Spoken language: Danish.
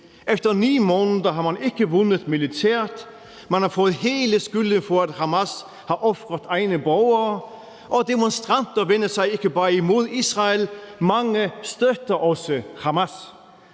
Efter 9 måneder har man ikke vundet militært; man har fået hele skylden for, at Hamas har ofret egne borgere; og demonstranter vender sig ikke bare imod Israel, men mange støtter også Hamas.